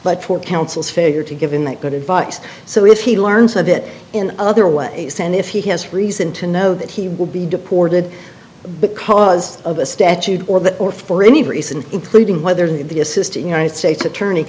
but for counsel's failure to give in that good advice so if he learns of it in other way and if he has reason to know that he will be deported because of a statute or that or for any recent including whether the assistant united states attorney